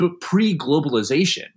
pre-globalization